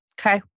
Okay